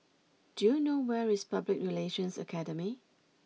do you know where is Public Relations Academy